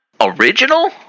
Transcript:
original